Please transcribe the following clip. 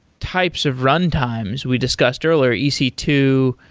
types of runtimes we discussed earlier, e c two,